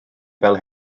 fel